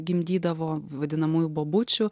gimdydavo vadinamųjų bobučių